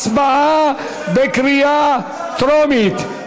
הצבעה בקריאה טרומית.